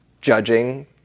judging